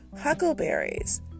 Huckleberries